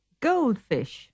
Goldfish